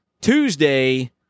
tuesday